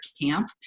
camp